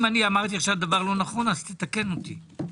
אם אמרתי דבר לא נכון, תקן אותי.